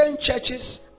churches